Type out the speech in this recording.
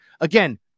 Again